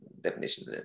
definition